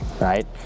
right